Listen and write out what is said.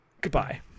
goodbye